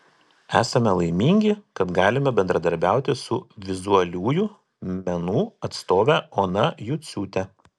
esame laimingi kad galime bendradarbiauti su vizualiųjų menų atstove ona juciūte